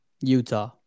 Utah